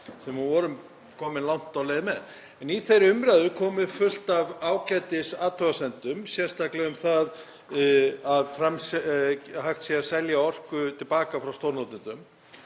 sem við vorum komin langt á leið með. En í þeirri umræðu kom fram fullt af ágætisathugasemdum, sérstaklega að hægt sé að selja orku til baka frá stórnotendum.